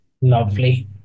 Lovely